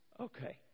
Okay